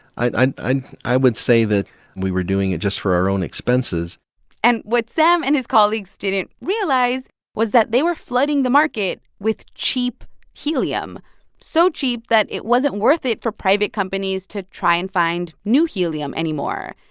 i i would say that we were doing it just for our own expenses and what sam and his colleagues didn't realize was that they were flooding the market with cheap helium so cheap that it wasn't worth it for private companies to try and find new helium anymore.